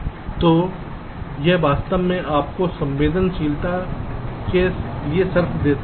तो यह वास्तव में आपको संवेदनशीलता के लिए शर्त देता है